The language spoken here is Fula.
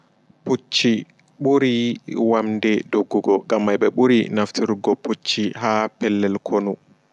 Pucci ɓuri wamde doggugo ngam may ɓe ɓuri naftrigo pucci haa pellel konu.